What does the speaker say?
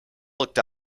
looked